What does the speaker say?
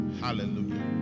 Hallelujah